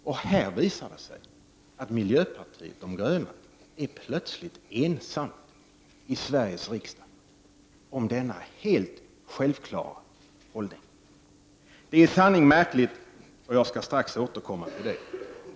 Och här visar det sig att miljöpartiet de gröna plötsligt är ensamt i Sveriges riksdag om denna helt självklara hållning. Det är i sanning märkligt, och jag skall strax återkomma till det.